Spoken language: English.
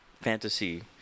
fantasy